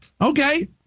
Okay